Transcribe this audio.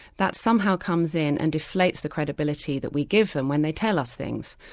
that somehow comes in and deflates the credibility that we give them when they tell us things.